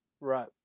Right